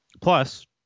Plus